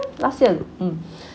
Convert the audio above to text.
last year mm